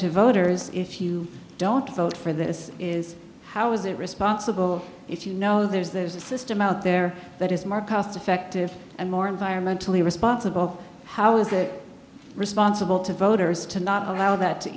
to voters if you don't vote for this is how is it responsible if you know there's there's a system out there that is more cost effective and more environmentally responsible how is that responsible to voters to not allow that to